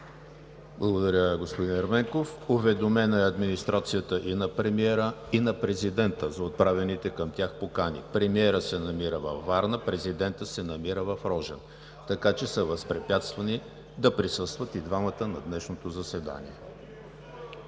Благодаря, господин Ерменков. Уведомена е администрацията и на премиера, и на президента за отправените към тях покани. Премиерът се намира във Варна, президентът се намира на Рожен, така че са възпрепятствани да присъстват и двамата на днешното заседание.